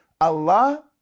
Allah